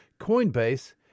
Coinbase